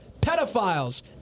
pedophiles